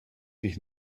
dich